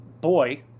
boy